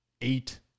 Eight